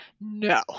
no